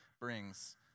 brings